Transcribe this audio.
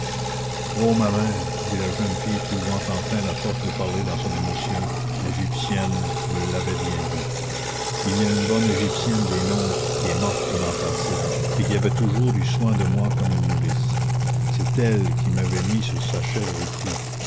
ô ma mère dit la jeune fille trouvant enfin la force de parler dans son émotion l'égyptienne me l'avait bien dit il y a une bonne égyptienne des nôtres qui est morte l'an passé et qui avait toujours eu soin de moi comme une nourrice c'est elle qui m'avait mis ce sachet au cou